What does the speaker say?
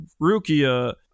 Rukia